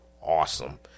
awesome